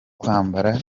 kwambara